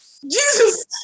Jesus